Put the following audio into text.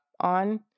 on